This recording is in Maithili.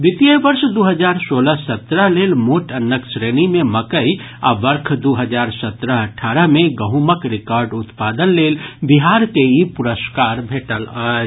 वित्तीय वर्ष दू हजार सोलह सत्रह लेल मोट अन्नक श्रेणी मे मकई आ वर्ष दू हजार सत्रह अठारह मे गहूँमक रिकॉर्ड उत्पादन लेल बिहार के ई पुरस्कार भेटल अछि